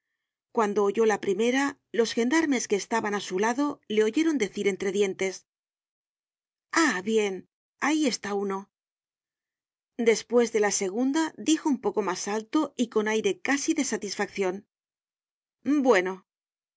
cuando oyó la primera los gendarmes que estaban á su lado le oyeron decir entre dientes ah bien ahí está uno despues de la segunda dijo un poco mas alto y con aire casi de satisfaccion bueno